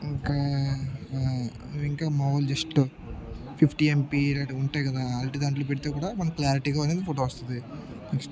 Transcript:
ఇంకా ఇంకా మములు జస్ట్ ఫిఫ్టీ ఎంపీ ఇలాంటివి ఉంటాయి కదా వాటి దాంట్లో పెడితే కూడా మనం క్లారిటీగా అనేది ఫోటో వస్తుంది నెక్స్ట్